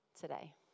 today